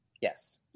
Yes